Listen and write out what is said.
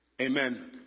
Amen